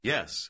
Yes